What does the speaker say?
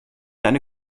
eine